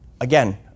again